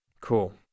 Cool